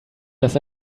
dass